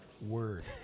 word